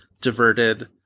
diverted